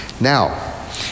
Now